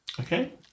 Okay